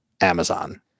Amazon